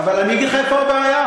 אבל אני אגיד לך איפה הבעיה.